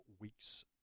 weeks